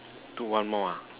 do one more ah